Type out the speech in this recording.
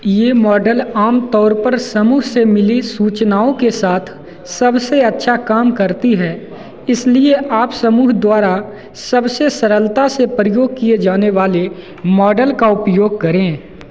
यह मॉडल आम तौर पर समूह से मिली सूचनाओं के साथ सबसे अच्छा काम करती है इसलिए आप समूह द्वारा सबसे सरलता से प्रयोग किए जाने वाले मॉडल का उपयोग करें